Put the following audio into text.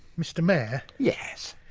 mr mayor? yes?